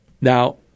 Now